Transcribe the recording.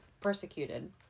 persecuted